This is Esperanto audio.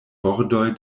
bordoj